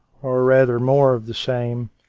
or rather more of the same,